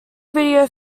video